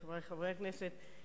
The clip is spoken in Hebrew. חברי חברי הכנסת,